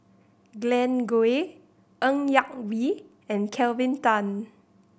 Glen Goei Ng Yak Whee and Kelvin Tan